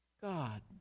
God